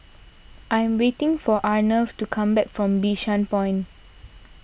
I am waiting for Arnav to come back from Bishan Point